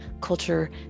culture